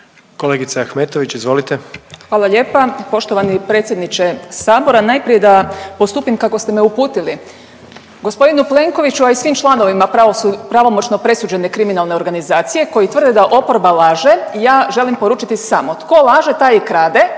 **Ahmetović, Mirela (SDP)** Hvala lijepa. Poštovani predsjedniče sabora, najprije da postupim kako ste me uputili. Gospodinu Plenkoviću, a i svim članovima pravosu…, pravomoćno presuđene kriminalne organizacije koji tvrde da oporba laže ja želim poručiti samo „tko laže taj i krade“,